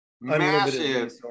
massive